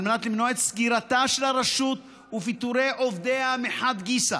על מנת למנוע את סגירתה של הרשות ופיטורי עובדיה מחד גיסא